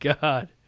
God